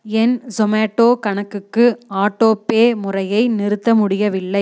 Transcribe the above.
என் Zomato கணக்குக்கு autopay முறையை நிறுத்த முடியவில்லை